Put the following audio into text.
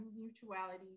mutuality